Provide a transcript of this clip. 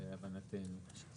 להבנתנו.